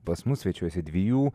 pas mus svečiuojasi dviejų